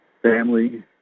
family